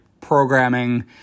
programming